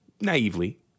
naively